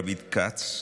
רביד כץ,